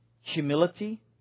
humility